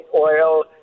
oil